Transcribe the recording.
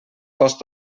cost